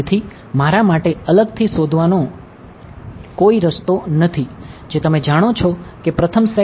તેથી મારા માટે અલગથી શોધવાનો કોઈ રસ્તો નથી જે તમે જાણો છો કે પ્રથમ સેટ